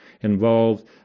involved